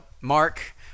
Mark